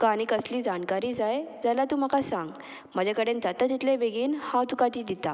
तुका आनी कसली जाणकारी जाय जाल्यार तूं म्हाका सांग म्हजे कडेन जाता तितले बेगीन हांव तुका ती दितां